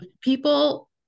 people